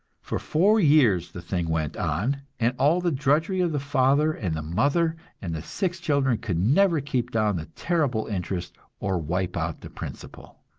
for four years the thing went on, and all the drudgery of the father and the mother and the six children could never keep down the terrible interest or wipe out the principal.